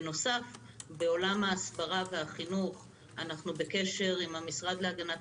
בנוסף בעולם ההסברה והחינוך אנחנו בקשר עם המשרד להגנת